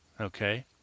okay